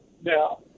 now